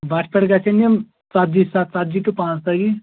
بَٹھٕ پٮ۪ٹھ گژھن یِم ژَتجی ساس ژَتجی ٹُہ پانٛژھ تٲجی